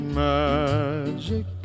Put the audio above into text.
magic